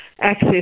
access